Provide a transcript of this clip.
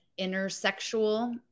intersexual